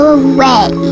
away